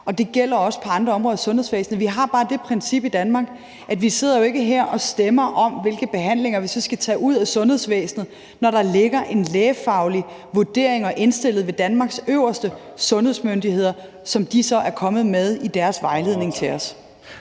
og det gælder også på andre områder i sundhedsvæsenet. Vi har bare det princip i Danmark, at vi jo ikke sidder her og stemmer om, hvilke behandlinger vi så skal tage ud af sundhedsvæsenet, når der ligger en lægefaglig vurdering indstillet af Danmarks øverste sundhedsmyndigheder, som de så er kommet med i deres vejledning til os.